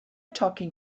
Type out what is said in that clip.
talking